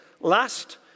Last